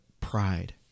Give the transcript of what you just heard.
pride